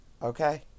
okay